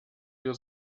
wir